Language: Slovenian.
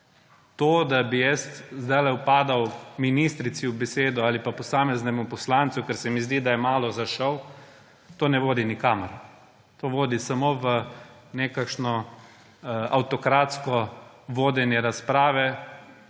To, da bi jaz zdajle vpadal ministrici v besedo ali pa posameznemu poslancu, ker se mi zdi, da je malo zašel, ne vodi nikamor. To vodi samo v nekakšno avtokratsko vodenje razprave.